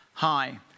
Hi